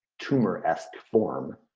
tumoresque form.